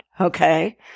okay